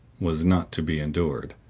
was not to be endured.